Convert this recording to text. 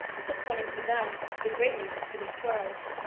disappointing for them, but great news for the squirrels.